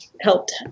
helped